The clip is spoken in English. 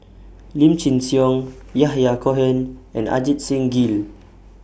Lim Chin Siong Yahya Cohen and Ajit Singh Gill